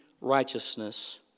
righteousness